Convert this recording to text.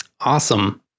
Awesome